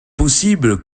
possible